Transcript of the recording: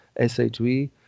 SHV